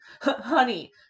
honey